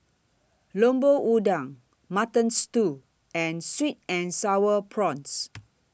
Lemper Udang Mutton Stew and Sweet and Sour Prawns